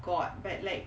god but like